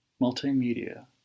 multimedia